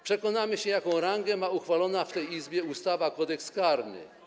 przekonamy się, jaką rangę ma uchwalona w tej Izbie ustawa Kodeks karny.